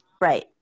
Right